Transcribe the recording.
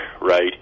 right